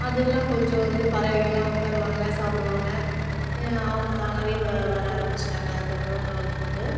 அதெலாம் கொஞ்சம் வந்து பறவைகள்லாம் உட்காருவாங்க சாப்பிடுவாங்க அவங்க தானாகவே வர ஆரம்பிச்சிட்டாங்க அதுக்கப்புறம் நாளுக்கு நாள்